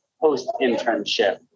post-internship